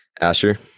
Asher